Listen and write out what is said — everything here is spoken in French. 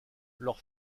leur